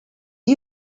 are